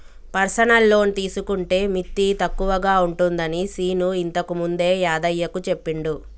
personal loan తీసుకుంటే మిత్తి తక్కువగా ఉంటుందని శీను ఇంతకుముందే యాదయ్యకు చెప్పిండు